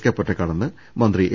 K പൊറ്റക്കാടെന്ന് മന്ത്രി A